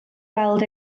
weld